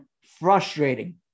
frustrating